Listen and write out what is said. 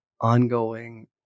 ongoing